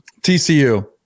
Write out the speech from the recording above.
TCU